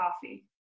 coffee